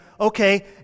okay